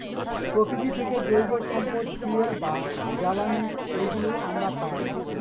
প্রকৃতি থেকে জৈব সম্পদ ফুয়েল বা জ্বালানি এগুলো আমরা পায়